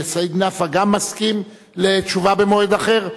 וסעיד נפאע גם מסכים לתשובה במועד אחר?